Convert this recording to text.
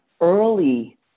Early